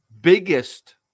biggest